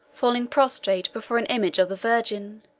falling prostrate before an image of the virgin,